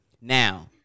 Now